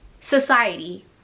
society